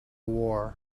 war